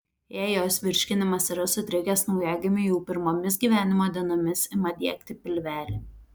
jei jos virškinimas yra sutrikęs naujagimiui jau pirmomis gyvenimo dienomis ima diegti pilvelį